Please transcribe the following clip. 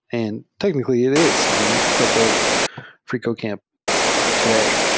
and technically, it is. i mean, you can still build freecodecamp today.